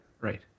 right